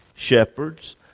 shepherds